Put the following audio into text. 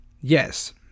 Yes